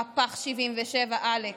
מהפך 77' עלק.